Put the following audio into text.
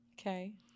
Okay